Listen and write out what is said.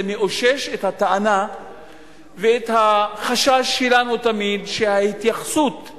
זה מאושש את הטענה ואת החשש שלנו שתמיד ההתייחסות אל